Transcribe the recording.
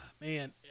Man